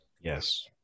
yes